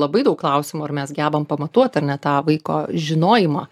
labai daug klausimų ar mes gebam pamatuot ar ne tą vaiko žinojimą